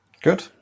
Good